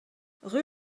rue